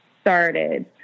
started